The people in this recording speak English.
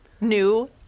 new